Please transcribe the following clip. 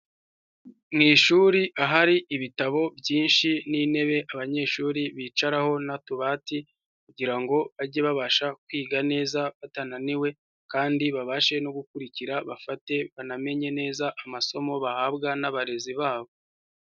Mu ishuri ahari ibitabo byinshi n'intebe abanyeshuri bicaraho n'utubati kugira ngo bajye babasha kwiga neza batananiwe kandi babashe no gukurikira, bafate, banamenye neza amasomo bahabwa n'abarezi babo.